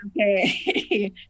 okay